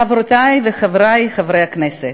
חברותי וחברי חברי הכנסת,